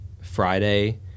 Friday